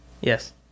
Yes